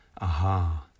Aha